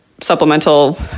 supplemental